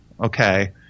okay